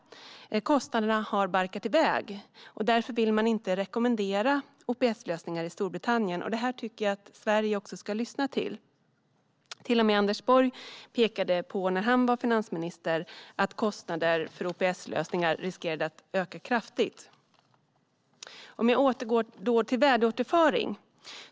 Kostnaderna har barkat iväg. Därför vill de inte rekommendera OPS-lösningar i Storbritannien. Detta tycker jag att Sverige bör lyssna till. Till och med Anders Borg pekade när han var finansminister på att kostnader för OPS-lösningar riskerar att öka kraftigt. Låt mig återgå till värdeåterföring.